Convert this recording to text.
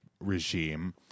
regime